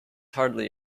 hardly